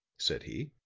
said he.